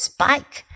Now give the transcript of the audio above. Spike